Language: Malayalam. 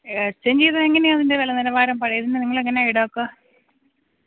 എച്ചെങ്കി ഇതെങ്ങനെയാണ് ഇതിൻ്റെ വില നിലവാരം പഴയതിന് നിങ്ങളെങ്ങനാണ് ഈടാക്കുക